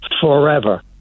forever